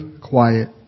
quiet